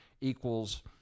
equals